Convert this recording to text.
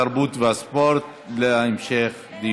התרבות והספורט נתקבלה.